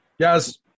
Guys